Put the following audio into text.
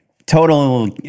Total